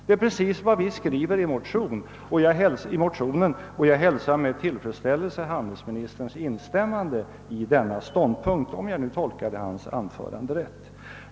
Det är alltså precis det samma som vi skrivit i motionen, och jag hälsar handelsministerns instämmande i denna ståndpunkt med tillfredsställelse, om jag nu tolkade hans anförande rätt.